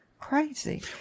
crazy